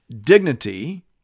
dignity